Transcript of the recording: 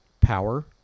power